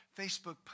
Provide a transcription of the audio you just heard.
Facebook